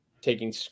taking